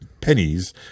pennies